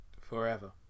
Forever